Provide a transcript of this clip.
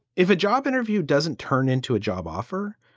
if a job interview doesn't turn into a job offer,